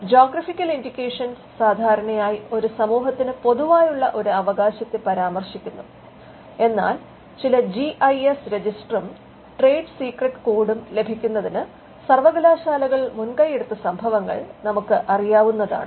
geographical indications സാധാരണയായി ഒരു സമൂഹത്തിന് പൊതുവായുള്ള ഒരു അവകാശത്തെ പരാമർശിക്കുന്നു എന്നാൽ ചില ജി ഐ എസ് രജിസ്റ്ററും ട്രേഡ് സീക്രട്ട് കോഡും ലഭിക്കുന്നതിന് സർവകലാശാലകൾ മുൻകൈയെടുത്ത സംഭവങ്ങൾ നമുക്കറിയാവുന്നതാണ്